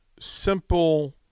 Simple